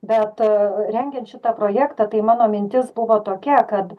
bet rengiant šitą projektą tai mano mintis buvo tokia kad